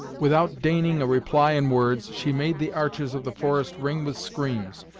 without deigning a reply in words, she made the arches of the forest ring with screams,